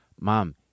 mom